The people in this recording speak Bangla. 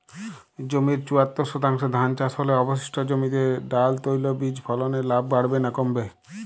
জমির চুয়াত্তর শতাংশে ধান চাষ হলে অবশিষ্ট জমিতে ডাল তৈল বীজ ফলনে লাভ বাড়বে না কমবে?